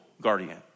guardian